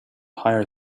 hire